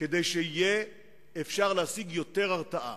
כדי שיהיה אפשר להשיג יותר התרעה.